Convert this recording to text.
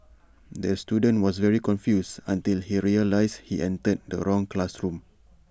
the student was very confused until he realised he entered the wrong classroom